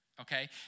okay